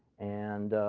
and